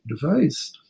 device